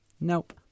Nope